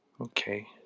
Okay